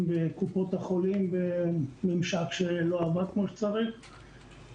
בקופות החולים וממשק שלא עבד כמו שצריך,